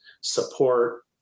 support